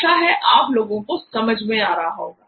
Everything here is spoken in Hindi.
आशा है आप लोगों को समझ में आ रहा होगा